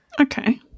Okay